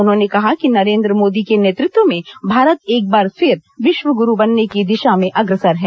उन्होंने कहा कि नरेन्द्र मोदी के नेतृत्व में भारत एक बार फिर विश्व गुरू बनने की दिशा में अग्रसर है